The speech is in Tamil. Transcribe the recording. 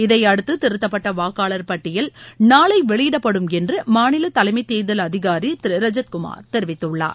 இதையடுத்து திருத்தப்பட்ட வாக்காளர் பட்டியல் நாளை வெளியிடப்படும் என்று மாநில தேர்தல் தலைமைத் அதிகாரி திரு ரஐக் குமார் தெரிவித்துள்ளார்